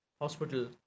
hospital